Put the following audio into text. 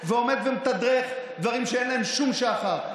ומתדרך בדברים שאין להם שום שחר.